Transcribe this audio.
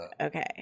okay